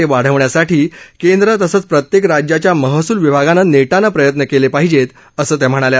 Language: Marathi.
ते वाढवण्यासाठी केंद्र तसंच प्रत्येक राज्याच्या महसूल विभागानं नेटानं प्रयत्न केले पाहिजेत असं त्या म्हणाल्या